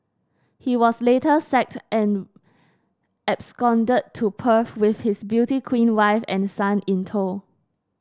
he was later sacked and absconded to Perth with his beauty queen wife and son in tow